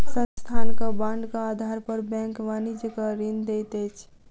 संस्थानक बांडक आधार पर बैंक वाणिज्यक ऋण दैत अछि